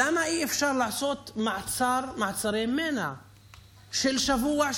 למה אי-אפשר לעשות מעצרי מנע של שבוע,